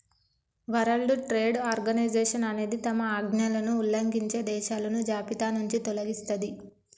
world Trade Organization అనేది తమ ఆజ్ఞలను ఉల్లంఘించే దేశాలను జాబితానుంచి తొలగిస్తది